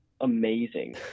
amazing